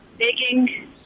baking